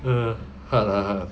(uh huh) !huh! !huh!